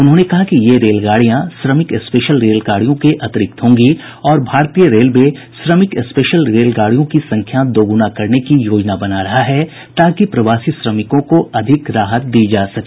उन्होंने कहा कि ये रेलगाड़ियां श्रमिक स्पेशल रेलगाड़ियों के अतिरिक्त होंगी और भारतीय रेलवे श्रमिक स्पेशल रेलगाड़ियों की संख्या दोगुना करने की योजना बना रहा है ताकि प्रवासी श्रमिकों को अधिक राहत दी जा सके